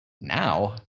now